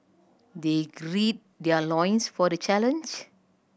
they grid their loins for the challenge